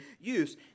use